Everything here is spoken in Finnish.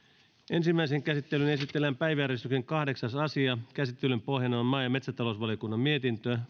ensimmäiseen käsittelyyn esitellään päiväjärjestyksen kahdeksas asia käsittelyn pohjana on maa ja metsätalousvaliokunnan mietintö